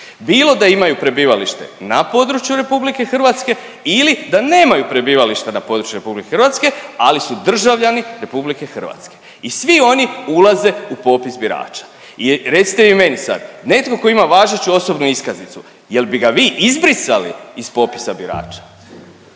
Bilo da imaju prebivalište na području RH ili da nemaju prebivalište na području RH, ali su državljani RH i svi oni ulaze u popis birača. Recite vi meni sad netko tko ima važeću osobnu iskaznicu jel bi ga vi izbrisali iz popisa birača?